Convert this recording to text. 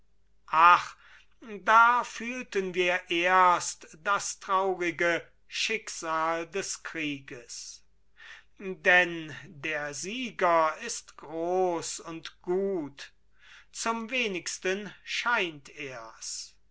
ach da fühlten wir erst das traurige schicksal des krieges denn der sieger ist groß und gut zum wenigsten scheint er's